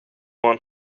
want